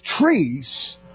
trees